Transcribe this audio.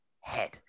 head